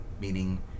Meaning